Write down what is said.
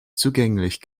zugänglich